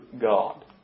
God